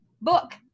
book